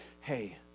hey